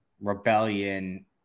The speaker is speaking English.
Rebellion